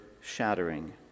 shattering